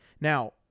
Now